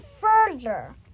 further